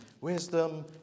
Wisdom